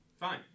Fine